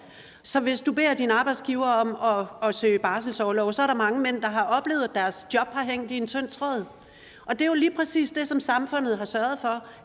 Så hvis mænd har bedt deres arbejdsgiver om at give barselsorlov, er der mange mænd, der har oplevet, at deres job har hængt i en tynd tråd, og det, samfundet har sørget for,